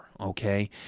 okay